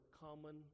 common